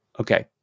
okay